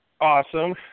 Awesome